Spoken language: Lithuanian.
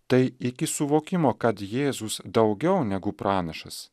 tai iki suvokimo kad jėzus daugiau negu pranašas